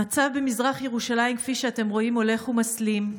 המצב במזרח ירושלים, כפי שאתם רואים, הולך ומסלים.